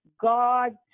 God